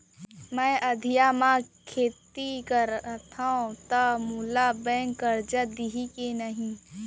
मैं अधिया म खेती करथंव त मोला बैंक करजा दिही के नही?